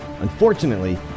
Unfortunately